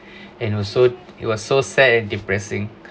and also it was so sad and depressing